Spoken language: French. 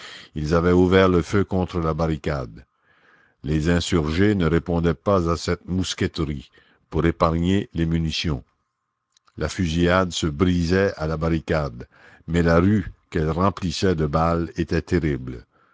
ils avaient ouvert le feu contre la barricade les insurgés ne répondaient pas à cette mousqueterie pour épargner les munitions la fusillade se brisait à la barricade mais la rue qu'elle remplissait de balles était terrible